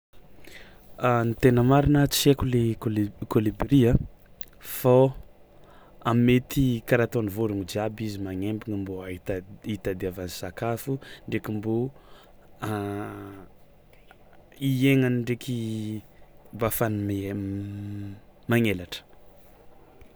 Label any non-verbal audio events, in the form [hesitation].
[hesitation] Ny tena marina tsy haiko le koli- kôlibria fao a mety karaha ataon'ny vôrogno jiaby izy magnembana mbô ahita- itadiavany sakafo ndraiky mbô [hesitation] iaignany ndraiky mba ahafahany mi- [hesitation] magnelatra.